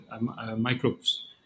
microbes